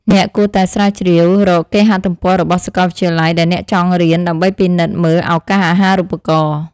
អ្នកគួរតែស្រាវជ្រាវរកគេហទំព័ររបស់សាកលវិទ្យាល័យដែលអ្នកចង់រៀនដើម្បីពិនិត្យមើលឱកាសអាហារូបករណ៍។